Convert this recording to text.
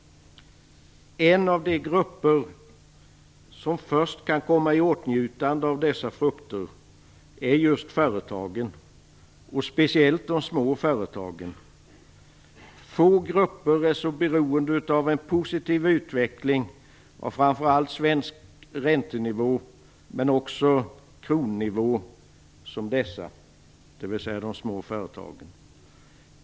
En av de grupper som först kan komma i åtnjutande av dessa frukter är just företagen, speciellt de små företagen. Få grupper är så beroende av en positiv utveckling av framför allt svensk räntenivå men också kronnivå som dessa, dvs. de små företagen.